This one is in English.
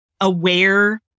aware